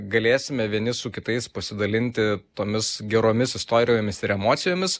galėsime vieni su kitais pasidalinti tomis geromis istorijomis ir emocijomis